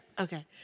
okay